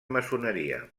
maçoneria